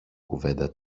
κουβέντα